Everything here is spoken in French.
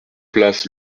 place